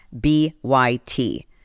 B-Y-T